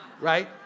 Right